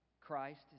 Christ